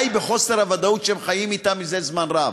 די בחוסר הוודאות שהם חיים בו זה זמן רב.